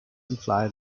imply